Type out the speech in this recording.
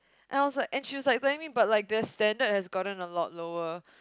and I was like and she was like telling me but like their standard has gotten a lot lower